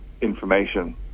information